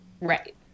right